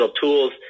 tools